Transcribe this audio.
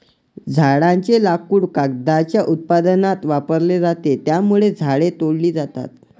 झाडांचे लाकूड कागदाच्या उत्पादनात वापरले जाते, त्यामुळे झाडे तोडली जातात